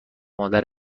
مادر